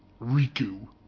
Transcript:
Riku